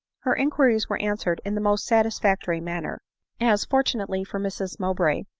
her inquiries were answered in the most satisfactory manner as, fortunately for mrs mowbray,